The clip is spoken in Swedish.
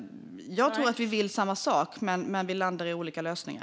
Jag tror att vi vill samma sak, men vi landar i olika lösningar.